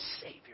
Savior